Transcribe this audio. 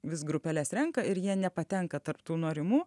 vis grupeles renka ir jie nepatenka tarp tų norimų